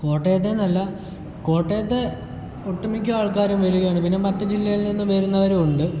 കോട്ടയത്തെയെന്നല്ല കോട്ടയത്തെ ഒട്ട് മിക്ക ആൾക്കാരും വരികയാണ് പിന്നെ മറ്റ് ജില്ലയിൽ നിന്ന് വരുന്നവരും ഉണ്ട്